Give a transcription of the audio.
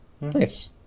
Nice